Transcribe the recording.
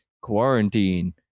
quarantine